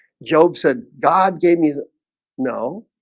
job said god gave me the know